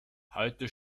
heute